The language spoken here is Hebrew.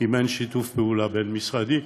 אם אין שיתוף פעולה בין-משרדי,